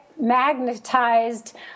magnetized